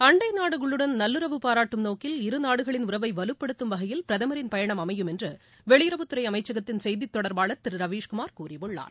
அண்டை நாடுகளுடன் நல்லுறவு பாராட்டும் நோக்கில் இருநாடுகளின் உறவை வலுப்படுத்தும் வகையில் பிரதமரின் பயணம் அமையும் என்று வெளியுறவுத்துறை அமைச்சகத்தின் செய்தித்தொடர்பாளர் திரு ரவீஷ்குமார் கூறியுள்ளார்